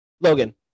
Logan